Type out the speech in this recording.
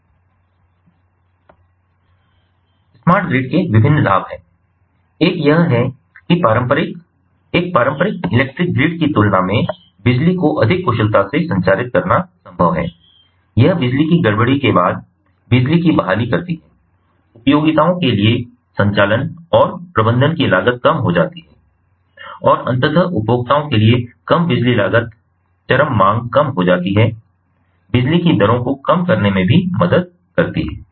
smart grid के विभिन्न लाभ हैं एक यह है कि पारंपरिक एक पारंपरिक इलेक्ट्रिक ग्रिड की तुलना में बिजली को अधिक कुशलता से संचारित करना संभव है यह बिजली की गड़बड़ी के बाद बिजली की बहाली करती है उपयोगिताओं के लिए संचालन और प्रबंधन की लागत कम हो जाती है और अंततः उपभोक्ताओं के लिए कम बिजली लागत चरम मांग कम हो जाती है बिजली की दरों को कम करने में भी मदद करती है